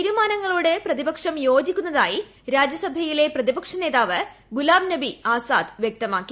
തീരുമാനങ്ങളോട് പ്രതിപക്ഷം യോജിക്കുന്നതായി രാജ്യസഭയിലെ പ്രതിപക്ഷ നേതാവ് ഗുലാം നബി ആസാദ് വ്യക്തമാക്കി